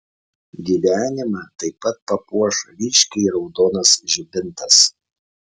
gyvenimą taip pat papuoš ryškiai raudonas žibintas